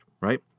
right